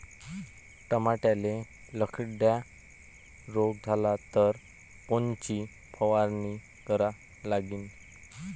टमाट्याले लखड्या रोग झाला तर कोनची फवारणी करा लागीन?